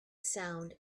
sound